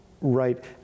Right